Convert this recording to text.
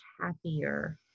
happier